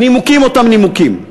הנימוקים אותם נימוקים.